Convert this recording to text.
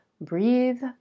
breathe